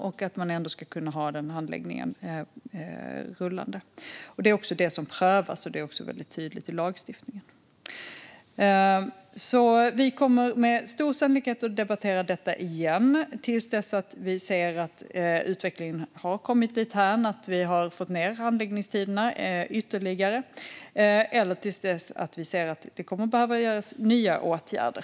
Då ska man ändå kunna ha den handläggningen rullande. Det är också det som prövas, och det är väldigt tydligt i lagstiftningen. Vi kommer med stor sannolikhet att debattera detta igen, till dess att vi ser att utvecklingen har kommit dithän att vi har fått ned handläggningstiderna ytterligare eller till dess att vi ser att det kommer att behövas nya åtgärder.